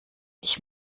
ich